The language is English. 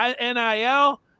NIL